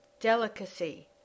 delicacy